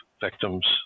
victims